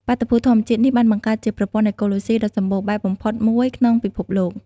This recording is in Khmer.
បាតុភូតធម្មជាតិនេះបានបង្កើតជាប្រព័ន្ធអេកូឡូស៊ីដ៏សម្បូរបែបបំផុតមួយក្នុងពិភពលោក។